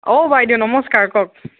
অঁ বাইদেউ নমস্কাৰ কওক